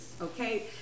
okay